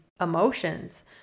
emotions